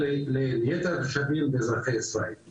השאלה שלי האם ההוראות האלה נקבעו עוד ב-2014 ולא היה שינוי